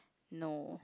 no